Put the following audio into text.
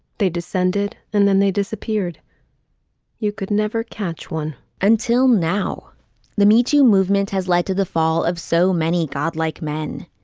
they descended. and then they disappeared you could never catch one until now the meat you movement has led to the fall of so many godlike men.